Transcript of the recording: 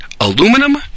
Aluminum